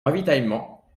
ravitaillement